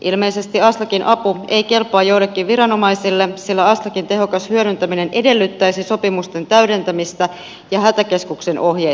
ilmeisesti aslakin apu ei kelpaa joillekin viranomaisille sillä aslakin tehokas hyödyntäminen edellyttäisi sopimusten täydentämistä ja hätäkeskuksen ohjeistamista